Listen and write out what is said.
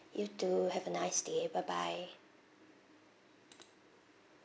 you too have a nice day bye bye